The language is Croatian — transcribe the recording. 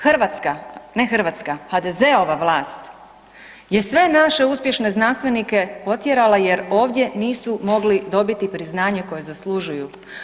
Hrvatska, ne hrvatska, HDZ-ova vlast, je sve naše uspješne znanstvenike otjerala jer ovdje nisu mogli dobiti priznanje koje zaslužuju.